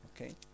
okay